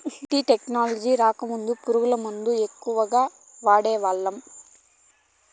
BT technology రాకముందు పురుగు మందుల ఎక్కువగా వాడేవాళ్ళం